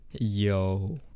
Yo